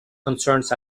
concerns